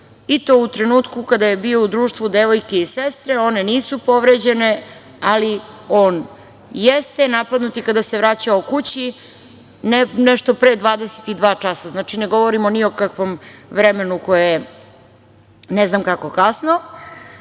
i to u trenutku kada je bio u društvu devojke i sestre, one nisu povređene, ali on jeste. Napadnut je kada se vraćao kući, nešto pre 22 časa. Znači, ne govorimo ni o kakvom vremenu koje je ne znam kako kasno.